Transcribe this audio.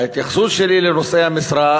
בהתייחסות שלי לנושאי המשרה,